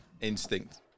Instinct